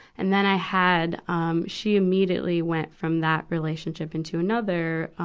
and then i had, um, she immediately went from that relationship into another, um,